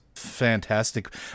Fantastic